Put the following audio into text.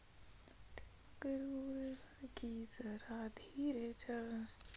ई व्यापार म कइसे खरीदी बिक्री करे जाथे?